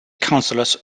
councillors